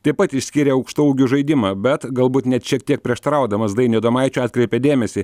taip pat išskyrė aukštaūgių žaidimą bet galbūt net šiek tiek prieštaraudamas dainiui adomaičiui atkreipė dėmesį